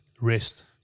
Rest